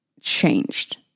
changed